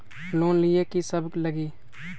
Loan लिए की सब लगी?